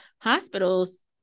hospitals